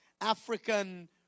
African